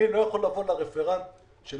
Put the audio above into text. אני לא יכול להגיד לרפרנט שלנו,